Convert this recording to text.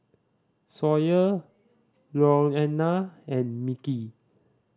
Sawyer Louanna and Mickie